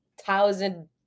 thousand